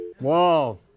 Whoa